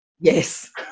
Yes